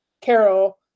Carol